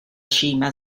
cima